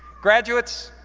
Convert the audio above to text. graduates,